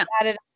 added